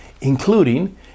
including